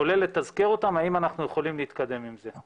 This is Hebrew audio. כולל לתזכר אותם האם אנחנו יכולים להתקדם עם זה.